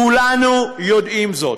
כולנו יודעים זאת.